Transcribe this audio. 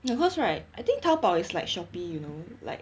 no cause right I think taobao is like shopee you know like